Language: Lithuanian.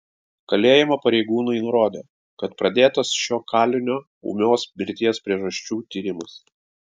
kalėjimo pareigūnai nurodė kad pradėtas šio kalinio ūmios mirties priežasčių tyrimas